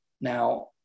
Now